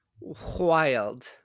Wild